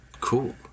Cool